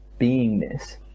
beingness